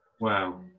Wow